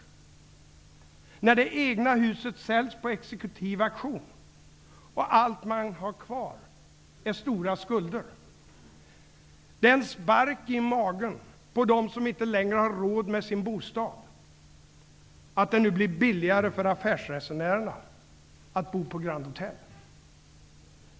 Förstår Carl Bildt hur det känns när det egna huset säljs på exekutiv auktion, och allt man har kvar är stora skulder? Det är en spark i magen på dem som inte längre har råd med sin bostad, att det nu blir billigare för affärsresenärerna att bo på Grand Hotell.